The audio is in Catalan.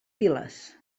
piles